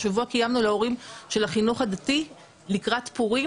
השבוע קיימנו להורים של החינוך הדתי לקראת פורים,